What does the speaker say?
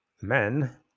Men